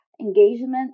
engagement